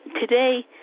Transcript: today